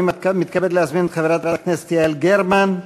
אני מתכבד להזמין את חברת הכנסת יעל גרמן,